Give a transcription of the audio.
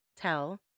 tell